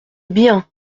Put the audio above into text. bien